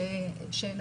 החקירות.